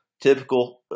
typical